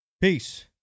Peace